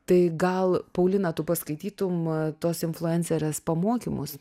tai gal paulina tu paskaitytum tos influencerės pamokymus